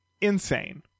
Insane